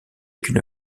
qu’une